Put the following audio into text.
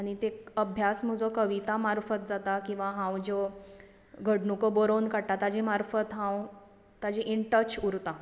आनी ते अभ्यास म्हजो कविता मार्फत जाता किंवां हांव ज्यो घडणूको बरोवन काडटां ताचे मार्फत हांव ताचे इन टच उरतां